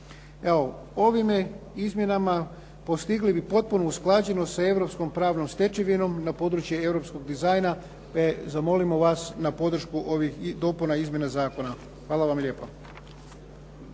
ovim izmjenama postigli bi potpunu usklađenost sa europskom pravnom stečevinom na području europskog dizajna. Molimo vas za podršku ovih dopuna i izmjena zakona. Hvala vam lijepa.